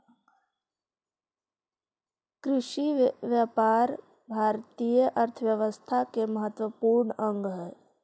कृषिव्यापार भारतीय अर्थव्यवस्था के महत्त्वपूर्ण अंग हइ